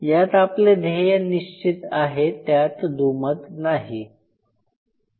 यात आपले ध्येय निश्चित आहे त्यात दुमत नाही